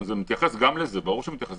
כך שזה מתייחס גם לעניין הגיוס, ברור שזה מתייחס.